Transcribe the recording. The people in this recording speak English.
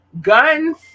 guns